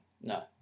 No